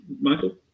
Michael